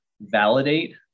validate